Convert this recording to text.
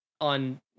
on